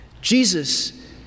Jesus